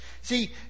See